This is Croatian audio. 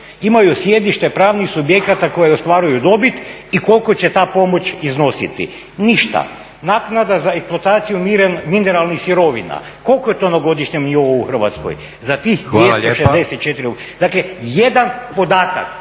imaju sjedište pravnih subjekata koje ostvaruju dobit i koliko će ta pomoć iznositi? Ništa. Naknada za eksploataciju mineralnih sirovina, koliko je to na godišnjem nivou u Hrvatskoj za tih 264. Dakle jedan podatak